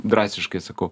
drastiškai sakau